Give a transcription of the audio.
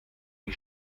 die